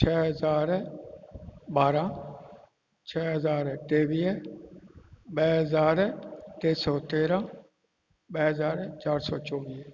छह हज़ार ॿारहं छह हज़ार टेवीह ॿ हज़ार टे सौ तेरहं ॿ हज़ार चारि सौ चोवीह